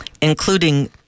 including